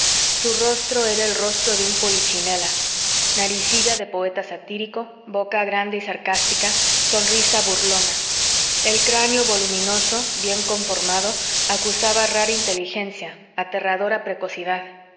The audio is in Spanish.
su rostro era el rostro de un polichinela naricilla de poeta satírico boca grande y sarcástica sonrisa burlona el cráneo voluminoso bien conformado acusaba rara inteligencia aterradora precocidad